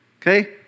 Okay